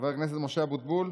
חבר הכנסת משה אבוטבול.